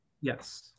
Yes